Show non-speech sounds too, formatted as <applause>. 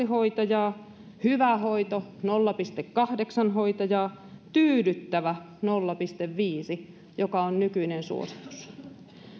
<unintelligible> hoitajaa hyvä hoito nolla pilkku kahdeksan hoitajaa tyydyttävä nolla pilkku viisi joka on nykyinen suositus